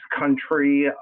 country